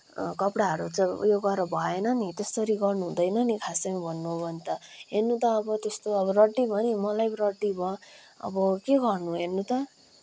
कपडाहरू चाहिँ उयो गरेर भएन नि त्यसरी गर्नु हुँदैन नि खासै भन्नु हो भने त हेर्नु त अब त्यस्तो त्यो रड्डी भयो नि मलाई पनि रड्डी भयो अब के गर्नु हेर्नु त